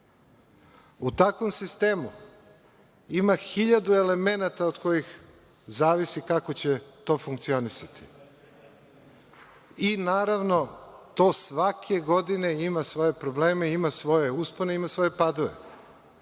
U takvom sistemu ima hiljadu elemenata od kojih zavisi kako će to funkcionisati. Naravno, to svake godine ima svoje probleme, ima svoje uspone, ima svoje padove. Želim